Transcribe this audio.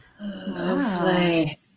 Lovely